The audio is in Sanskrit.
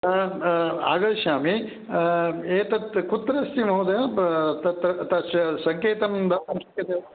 आगमिष्यामि एतत् कुत्र अस्ति महोदय तत्र तत्र तस्य सङ्केतं दातुं शक्यते वा